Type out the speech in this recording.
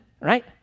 right